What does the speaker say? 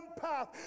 path